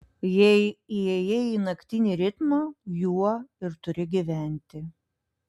jei įėjai į naktinį ritmą juo ir turi gyventi